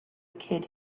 kid